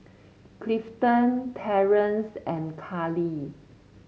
Clifton Terrance and Kallie